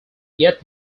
yet